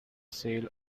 sale